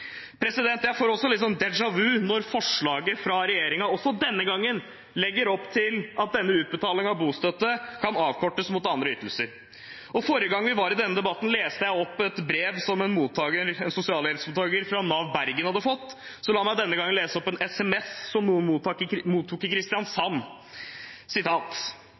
Jeg får også litt déjà vu når forslaget fra regjeringen også denne gangen legger opp til at denne utbetalingen av bostøtte kan avkortes mot andre ytelser. Forrige gang vi var i denne debatten, leste jeg opp et brev som en sosialhjelpsmottaker fra Nav Bergen hadde fått. Så la meg denne gangen lese opp en sms som noen mottok i Kristiansand: Hei! Du vil på fredag 19. november få 3 070 kr i